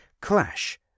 clash